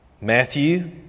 Matthew